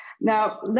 Now